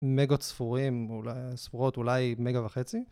מגות ספורים, ספורות אולי מגה וחצי.